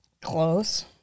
Close